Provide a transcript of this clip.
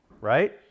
right